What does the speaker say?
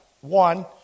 One